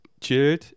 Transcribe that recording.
chilled